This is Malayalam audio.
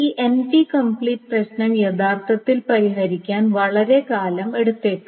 ഈ N P കംപ്ലീറ്റ് പ്രശ്നം യഥാർത്ഥത്തിൽ പരിഹരിക്കാൻ വളരെക്കാലം എടുത്തേക്കാം